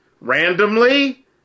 randomly